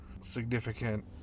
significant